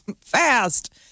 fast